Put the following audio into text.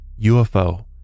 UFO